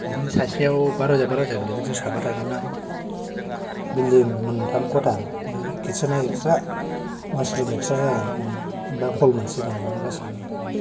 बिदिनो सासेयाव बा रोजा बा रोजा गोलैगोन जों साबा थागोन ना बिल्दिं मोनथाम खथा आमफाय कितसेनआ एक्सस्रा वास रुमा एक्सस्रा जागोन ओमफ्राय हल मोनसे दं बेयावनो गासिबो